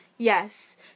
Yes